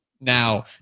now